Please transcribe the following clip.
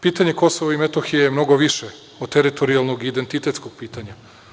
Pitanje Kosova i Metohije je mnogo više od teritorijalnog identitetskog pitanja.